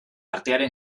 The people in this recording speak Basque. artearen